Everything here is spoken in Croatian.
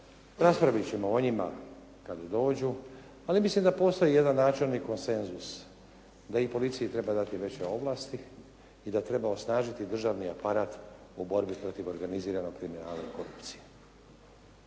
raspravit ćemo o njima kad dođu, ali mislim da postoji jedan načelni konsenzus da i policiji treba dati veće ovlasti, i da treba osnažiti državni aparat u borbi protiv organiziranog kriminala i korupcije.